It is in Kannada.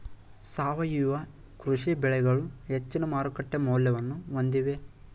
ಸಾವಯವ ಕೃಷಿ ಬೆಳೆಗಳು ಹೆಚ್ಚಿನ ಮಾರುಕಟ್ಟೆ ಮೌಲ್ಯವನ್ನು ಹೊಂದಿವೆ